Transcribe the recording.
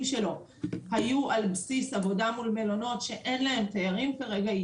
שלו היו על בסיס עבודה מול מלונות שאין להם תיירים כרגע,